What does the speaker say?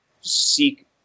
seek